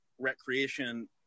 Recreation